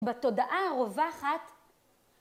בתודעה הרווחת